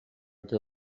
que